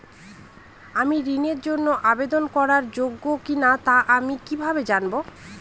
আমি ঋণের জন্য আবেদন করার যোগ্য কিনা তা আমি কীভাবে জানব?